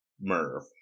Merv